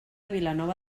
vilanova